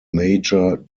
major